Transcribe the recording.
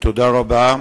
תודה רבה.